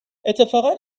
اتفاقا